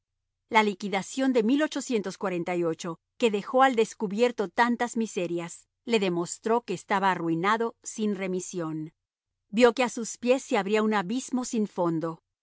la liquidación de que dejó al descubierto tantas miserias le demostró que estaba arruinado sin remisión vio que a sus pies se abría un abismo sin fondo